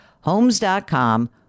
Homes.com